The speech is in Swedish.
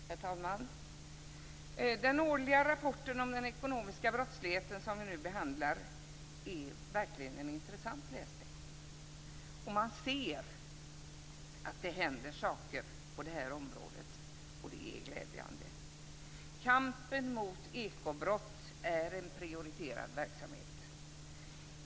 Herr talman! Den årliga rapporten om den ekonomiska brottsligheten som vi nu behandlar är verkligen intressant läsning. Man ser att det händer saker på området, och det är glädjande. Kampen mot ekobrott är en prioriterad verksamhet.